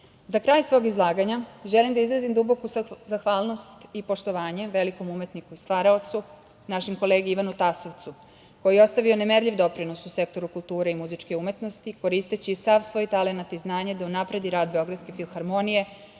kraj svog izlaganja želim da izrazim duboku zahvalnost i poštovanje velikom umetniku i stvaraocu, našem kolegi Ivanu Tasovcu koji je ostavio nemerljiv doprinos u sektoru kulture i muzičke umetnosti koristeći sav svoj talenat i znanje da unapredi rad Beogradske filharmonije